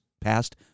passed